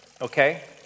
okay